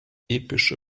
epische